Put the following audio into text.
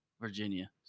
Virginia